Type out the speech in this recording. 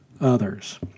others